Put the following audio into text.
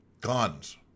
guns